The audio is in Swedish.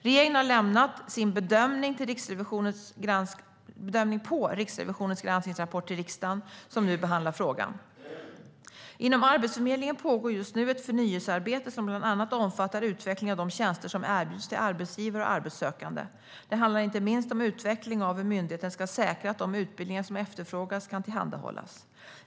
Regeringen har lämnat sin bedömning av Riksrevisionens granskningsrapport till riksdagen, som nu behandlar frågan. Inom Arbetsförmedlingen pågår just nu ett förnyelsearbete som bland annat omfattar utveckling av de tjänster som erbjuds till arbetsgivare och arbetssökande. Det handlar inte minst om utveckling av hur myndigheten ska säkra att de utbildningar som efterfrågas kan tillhandahållas.